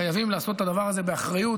חייבים לעשות את הדבר הזה באחריות,